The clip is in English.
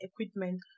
equipment